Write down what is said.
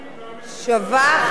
השר בגין והממשלה,